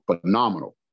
phenomenal